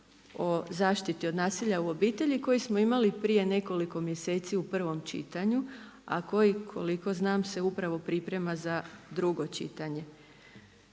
o zaštiti od nasilja u obitelji koji smo imali prije nekoliko mjeseci u prvom čitanju a koji koliko znam se upravo priprema za drugo čitanje.